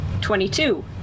Twenty-two